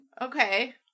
Okay